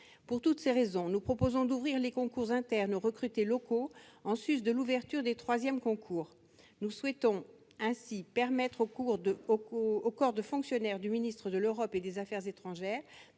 Pour toutes ces raisons, nous proposons d'ouvrir les concours internes, en sus des troisièmes concours, aux recrutés locaux. Nous souhaitons ainsi permettre aux corps de fonctionnaires du ministère de l'Europe et des affaires étrangères